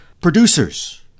producers